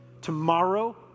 Tomorrow